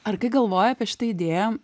ar kai galvoji apie šitą idėją